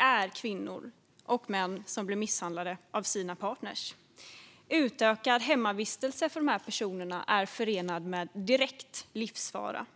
är kvinnor och män som blir misshandlade av sin partner. Utökad hemmavistelse för dessa personer är förenad med direkt livsfara.